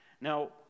Now